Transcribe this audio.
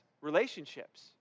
relationships